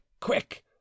quick